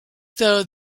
though